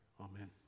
amen